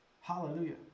Hallelujah